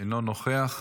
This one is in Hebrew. אינו נוכח.